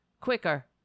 quicker